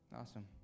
Awesome